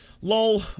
LOL